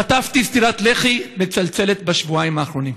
חטפתי סטירת לחי מצלצלת בשבועיים האחרונים.